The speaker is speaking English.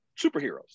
superheroes